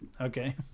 Okay